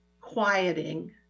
quieting